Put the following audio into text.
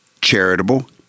charitable